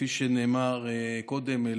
כפי שנאמר קודם,